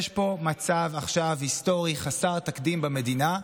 יש פה עכשיו מצב היסטורי חסר תקדים במדינה,